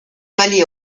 palais